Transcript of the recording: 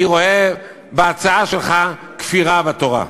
אני רואה בהצעה שלך כפירה בתורה.